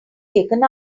taken